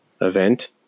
event